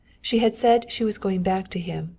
she had said she was going back to him,